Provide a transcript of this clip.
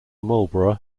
marlboro